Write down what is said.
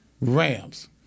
Rams